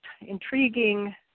intriguing